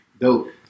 Dope